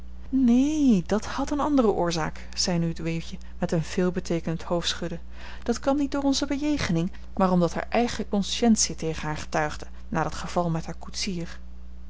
neen dàt had eene andere oorzaak zei nu het weeuwtje met een veelbeteekenend hoofdschudden dat kwam niet door onze bejegening maar omdat hare eigene consciëntie tegen haar getuigde na dat geval met haar koetsier